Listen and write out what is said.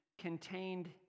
contained